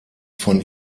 von